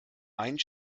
einen